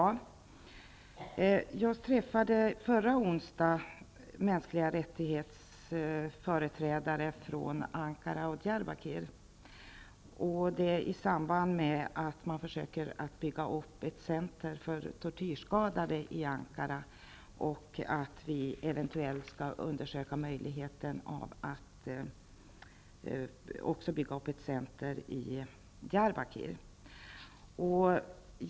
Förra onsdagen träffade jag företrädare för mänskliga rättigheter från Ankara och Diyarbakir i samband med att man försöker bygga upp ett centrum för tortyrskadade i Ankara och att vi eventuellt skall undersöka möjligheten att bygga upp ett centrum också i Diyarbakir.